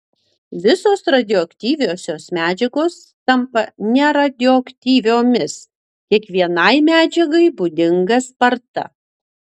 visos radioaktyviosios medžiagos tampa neradioaktyviomis kiekvienai medžiagai būdinga sparta